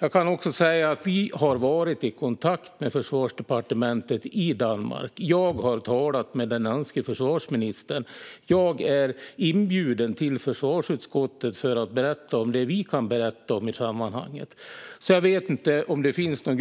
Jag kan också säga att vi har varit i kontakt med försvarsdepartementet i Danmark. Jag har talat med den danske försvarsministern. Jag är inbjuden till försvarsutskottet för att berätta om det vi kan berätta om i sammanhanget. Jag vet därför inte om det egentligen finns någon